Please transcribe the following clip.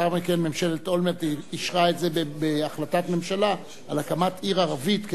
ולאחר מכן ממשלת אולמרט אישרה את זה בהחלטת הממשלה על הקמת עיר ערבית,